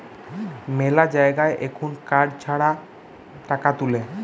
মেলা জায়গায় এখুন কার্ড ছাড়া টাকা তুলে